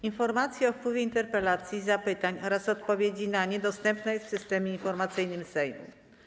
Informacja o wpływie interpelacji i zapytań oraz odpowiedzi na nie dostępna jest w Systemie Informacyjnym Sejmu.